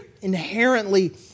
inherently